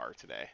today